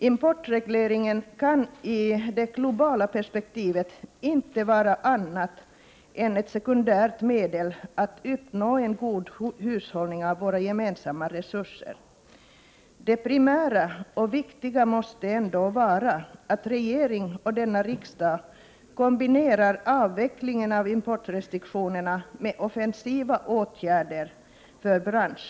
Importregleringen kan i det globala perspektivet inte vara annat än ett sekundärt medel att uppnå en god hushållning med våra gemensamma resurser. Det primära och viktiga måste ändå vara att regering och riksdag kombinerar avvecklingen av importrestriktionerna med offensiva åtgärder för att stödja denna bransch.